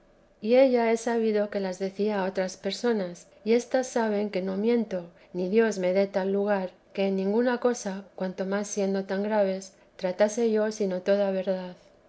y ella he sabido que las decía a otras personas y éstas saben que no miento ni dios me dé tal lugar que en ninguna cosa cuanto más siendo tan graves tratase yo sino toda verdad